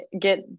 get